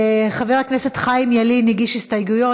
חבר הכנסת חיים ילין הגיש הסתייגויות,